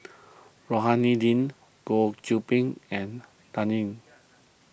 Rohani Din Goh Qiu Bin and Dan Ying